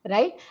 Right